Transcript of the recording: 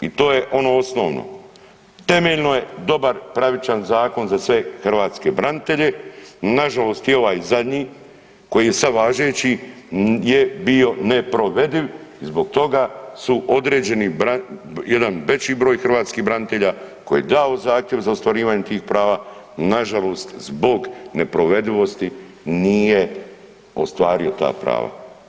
I to je ono osnovno, temeljeno je dobar, pravičan zakon za sve hrvatske branitelje, nažalost i ovaj zadnji, koji je sad važeći je bio neprovediv i zbog toga su određeni, jedan veći broj hrvatskih branitelja koji je dao zahtjev za ostvarivanjem tih prava, nažalost, zbog neprovedivosti nije ostvario ta prava.